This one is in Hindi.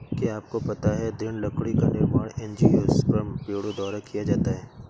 क्या आपको पता है दृढ़ लकड़ी का निर्माण एंजियोस्पर्म पेड़ों द्वारा किया जाता है?